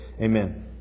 Amen